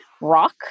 rock